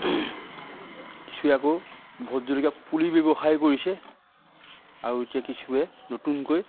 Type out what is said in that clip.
কিছুৱে আকৌ ভুত জলকীয়া পুলি ব্যৱসায় কৰিছে আৰু এতিয়া কিছুৱে নতুনকৈ